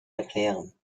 erklären